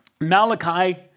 Malachi